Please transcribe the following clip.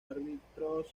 árbitros